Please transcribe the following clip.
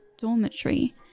dormitory